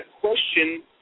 question